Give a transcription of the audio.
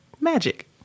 magic